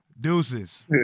Deuces